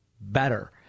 better